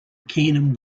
keenan